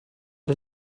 der